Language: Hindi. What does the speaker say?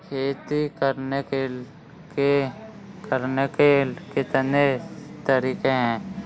खेती करने के कितने तरीके हैं?